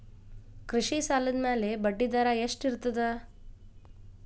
ಕೃಷಿ ಸಾಲದ ಮ್ಯಾಲೆ ಬಡ್ಡಿದರಾ ಎಷ್ಟ ಇರ್ತದ?